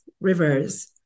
rivers